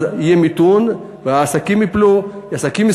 אז יהיה מיתון ועסקים ייפלו,